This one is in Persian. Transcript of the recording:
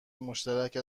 مشترک